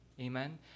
amen